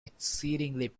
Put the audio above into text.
exceedingly